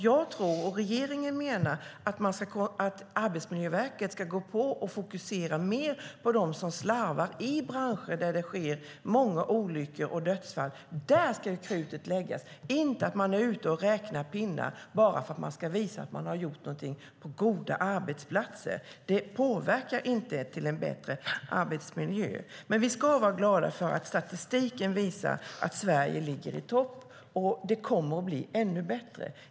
Jag och regeringen menar att Arbetsmiljöverket ska gå på och fokusera mer på dem som slarvar i branscher där det sker många olyckor och dödsfall. Där ska krutet läggas. Men man ska inte ut och räkna pinnar bara för att man ska visa att man har gjort någonting på goda arbetsplatser. Det påverkar inte så att det blir en bättre arbetsmiljö. Men vi ska vara glada för att statistiken visar att Sverige ligger i topp. Och det kommer att bli ännu bättre.